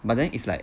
but then it's like